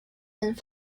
and